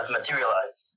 materialized